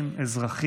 אזרחים,